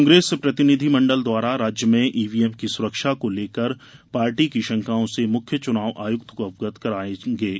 कांग्रेस प्रतिनिधि मंडल द्वारा राज्य में ईवीएम की सुरक्षा को लेकर पार्टी की शंकाओ से मुख्य चुनाव आयुक्त को अवगत कराया जायेगा